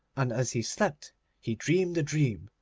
and as he slept he dreamed a dream,